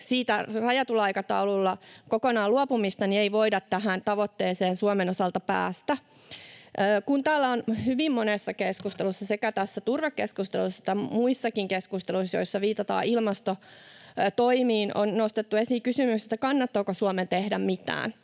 siitä rajatulla aikataululla kokonaan luopumista ei voida tähän tavoitteeseen Suomen osalta päästä. Täällä hyvin monessa keskustelussa, sekä tässä turvekeskustelussa että muissakin keskusteluissa, joissa viitataan ilmastotoimiin, on nostettu esiin kysymys, kannattaako Suomen tehdä mitään,